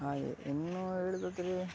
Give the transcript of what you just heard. ಹಾಗೆ ಇನ್ನು ಹೇಳುದಾದ್ರೆ